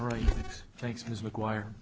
right thanks mcquire